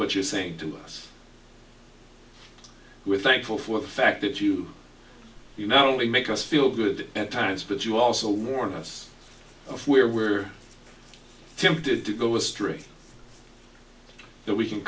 what you're saying to us with thankful for the fact that you you not only make us feel good at times but you also warned us if we were tempted to go astray that we can